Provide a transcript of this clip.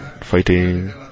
fighting